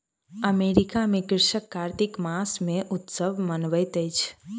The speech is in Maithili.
अमेरिका में कृषक कार्तिक मास मे उत्सव मनबैत अछि